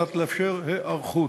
כדי לאפשר היערכות.